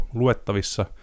luettavissa